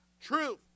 truth